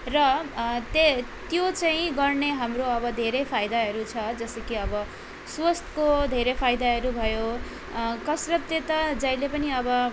र त्य त्यो चाहिँ गर्ने हाम्रो अब धेरै फाइदाहरू छ जस्तै कि अब स्वास्थ्यको धेरै फाइदाहरू भयो कसरतले त जहिले पनि अब